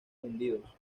hundidos